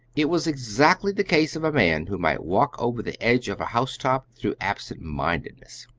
it was exactly the case of a man who might walk over the edge of a housetop through absent-mindedness.